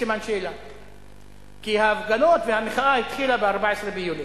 כי ההפגנות והמחאה התחילו ב-14 ביולי.